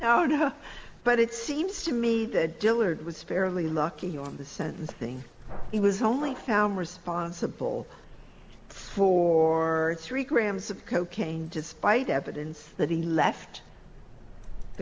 no no but it seems to me that dillard was fairly lucky on the sentencing he was only found responsible for three grams of cocaine despite evidence that he left the